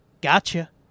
Gotcha